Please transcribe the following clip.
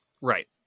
Right